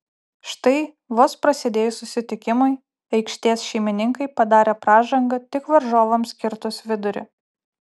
štai vos prasidėjus susitikimui aikštės šeimininkai padarė pražangą tik varžovams kirtus vidurį